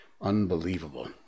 Unbelievable